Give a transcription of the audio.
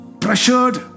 pressured